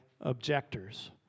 objectors